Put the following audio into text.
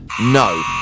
No